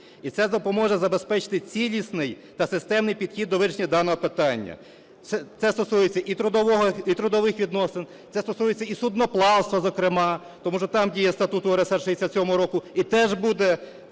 І це допоможе забезпечити цілісний та системний підхід до вирішення даного питання. Це стосується і трудових відносин, це стосується і судноплавства зокрема, тому що там діє статут УРСР 67-го року, і теж буде